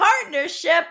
partnership